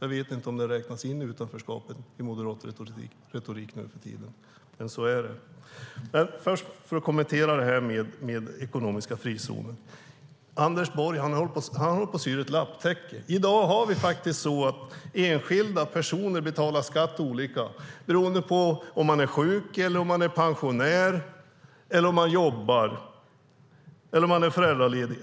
Jag vet inte om den räknas in i utanförskapet i moderat retorik nu för tiden. Men så är det. Jag vill först kommentera detta med ekonomiska frizoner. Anders Borg håller på och syr ett lapptäcke. I dag betalar enskilda personer olika skatt beroende på om de är sjuka, pensionärer, jobbar eller är föräldralediga.